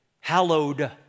Hallowed